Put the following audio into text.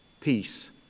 peace